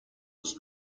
was